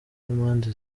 n’impande